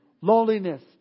Loneliness